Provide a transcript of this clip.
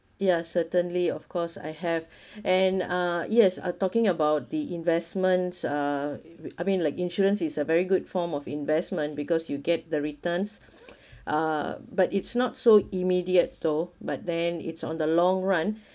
ya certainly of course I have and uh yes uh talking about the investments uh I mean like insurance is a very good form of investment because you get the returns uh but it's not so immediate though but then it's on the long run